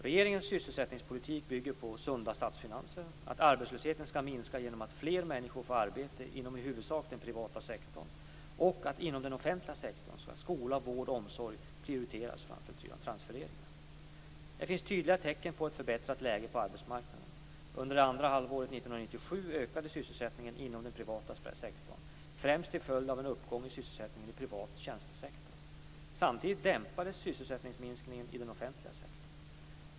Regeringens sysselsättningspolitik bygger på sunda statsfinanser, att arbetslösheten skall minska genom att fler människor får arbete inom i huvudsak den privata sektorn och att skola, vård och omsorg skall prioriteras framför transfereringar inom den offentliga sektorn. Det finns tydliga tecken på ett förbättrat läge på arbetsmarknaden. Under det andra halvåret 1997 ökade sysselsättningen inom den privata sektorn, främst till följd av en uppgång i sysselsättningen i privat tjänstesektor. Samtidigt dämpades sysselsättningsminskningen i den offentliga sektorn.